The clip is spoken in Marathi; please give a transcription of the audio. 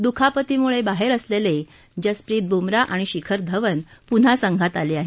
दुखापतीमुळे बाहेर असलेले जसप्रीत बुमराह आणि शिखर धवन पुन्हा संघात आले आहेत